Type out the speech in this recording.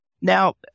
Now